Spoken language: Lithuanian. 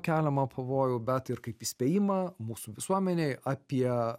keliamą pavojų bet ir kaip įspėjimą mūsų visuomenei apie